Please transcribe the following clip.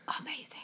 amazing